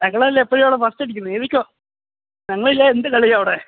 ഞങ്ങളല്ലേ എപ്പോഴും അവിടെ ഫസ്റ്റടിക്കുന്നത് എഴുതിക്കോളൂ ഞങ്ങളില്ലെങ്കിൽ എന്ത് കളിയവിടെ